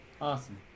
awesome